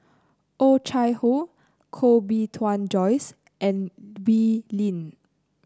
Oh Chai Hoo Koh Bee Tuan Joyce and Wee Lin